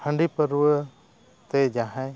ᱦᱟᱺᱰᱤ ᱯᱟᱹᱨᱣᱟᱹ ᱛᱮ ᱡᱟᱦᱟᱸᱭ